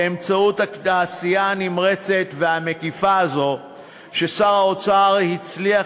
באמצעות העשייה הנמרצת והמקיפה הזו שר האוצר הצליח